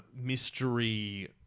mystery